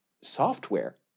software